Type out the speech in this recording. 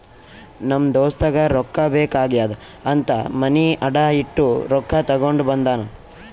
ನಮ್ ದೋಸ್ತಗ ರೊಕ್ಕಾ ಬೇಕ್ ಆಗ್ಯಾದ್ ಅಂತ್ ಮನಿ ಅಡಾ ಇಟ್ಟು ರೊಕ್ಕಾ ತಗೊಂಡ ಬಂದಾನ್